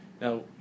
Now